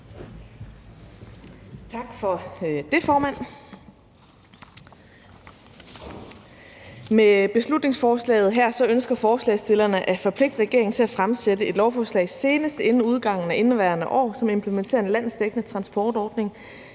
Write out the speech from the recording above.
Med beslutningsforslaget her ønsker forslagsstillerne at forpligte regeringen til at fremsætte et lovforslag senest inden udgangen af indeværende år, som implementerer en landsdækkende transportordning